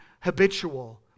habitual